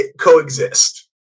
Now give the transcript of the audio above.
coexist